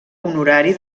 honorari